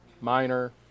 minor